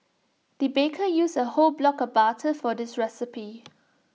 the baker used A whole block of butter for this recipe